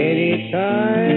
Anytime